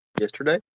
yesterday